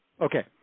Okay